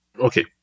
Okay